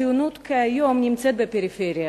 הציונות כיום נמצאת בפריפריה.